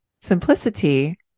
simplicity